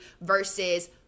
versus